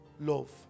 love